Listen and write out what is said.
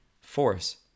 force